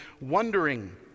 wondering